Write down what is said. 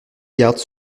garde